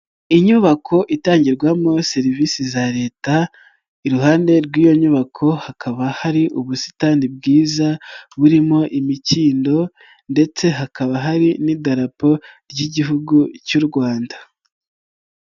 Inyubako itangirwamo serivisi za leta. Iruhande rw'iyo nyubako hakaba hari ubusitani bwiza burimo imikindo ndetse hakaba hari n'idarapo ry'igihugu cy'u Rwanda.